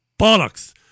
bollocks